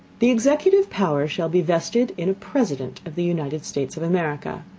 the executive power shall be vested in a president of the united states of america.